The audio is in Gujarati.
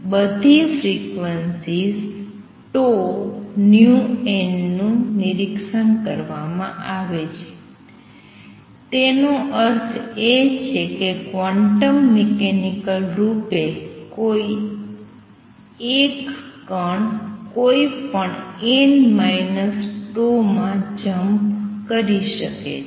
બધી ફ્રીક્વન્સીઝ નું નિરીક્ષણ કરવામાં આવે છે તેનો અર્થ એ છે કે ક્વોન્ટમ મિકેનિકલ રૂપે એક કણ કોઈ પણ માં જમ્પ કરી શકે છે